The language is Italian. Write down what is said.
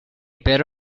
per